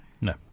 No